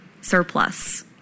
surplus